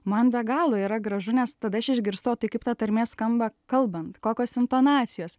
man be galo yra gražu nes tada aš išgirstu o tai kaip ta tarmė skamba kalbant kokios intonacijos